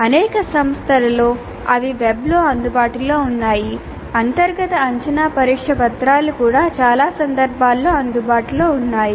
అనేక సంస్థలలో అవి వెబ్లో అందుబాటులో ఉన్నాయి అంతర్గత అంచనా పరీక్షా పత్రాలు కూడా చాలా సందర్భాలలో అందుబాటులో ఉన్నాయి